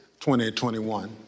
2021